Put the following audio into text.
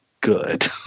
good